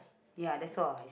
ya that's all I see